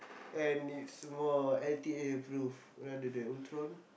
and it's more L_T_A approved rather than Ultron